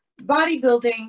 bodybuilding